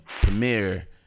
premiere